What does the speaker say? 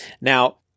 Now